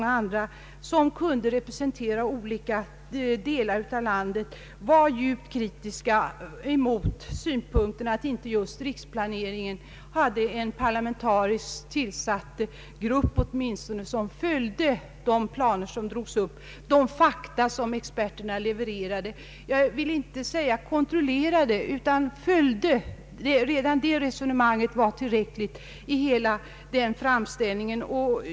Alla dessa tidningar var djupt kritiska mot att det inte fanns någon parlamentariskt tillsatt grupp som följde de planer som drogs upp och de fakta som experterna levererade — jag vill inte säga att gruppen skulle kontrollera utan följa.